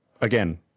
again